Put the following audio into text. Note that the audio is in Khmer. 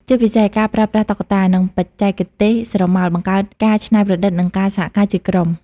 ជាពិសេស ការប្រើប្រាស់តុក្កតា និងបច្ចេកទេសស្រមោល បង្កើតការច្នៃប្រឌិត និងការសហការជាក្រុម។